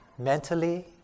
Mentally